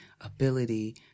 ability